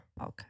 Okay